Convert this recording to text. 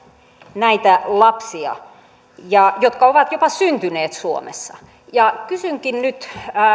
näitä lapsia jotka ovat jopa syntyneet suomessa kysynkin nyt